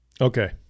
Okay